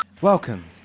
Welcome